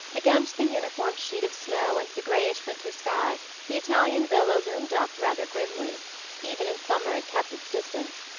against the uniform sheet of snow and the greyish winter sky the italian villa loomed up rather grimly even in summer it kept its distance,